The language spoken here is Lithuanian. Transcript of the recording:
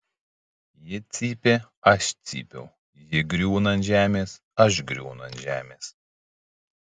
ji cypė aš cypiau ji griūna ant žemės aš griūnu ant žemės